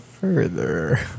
Further